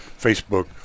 Facebook